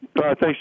Thanks